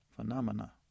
Phenomena